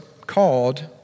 called